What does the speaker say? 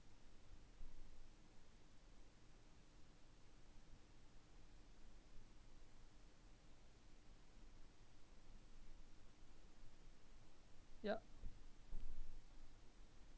yup